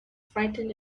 frightened